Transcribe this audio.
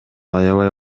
аябай